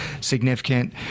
significant